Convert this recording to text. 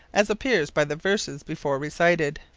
as appeares by the verses before recited.